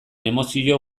emozio